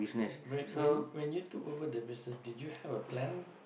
when when when you took over the business did you have a plan